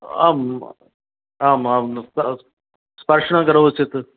आम् आम् आं स स्पर्शनं करोति चेत्